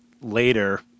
later